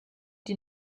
die